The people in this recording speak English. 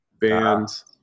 bands